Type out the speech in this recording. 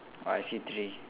oh I see three